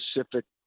specific